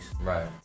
Right